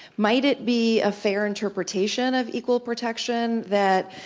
might it be a fair interpretation of equal protection that,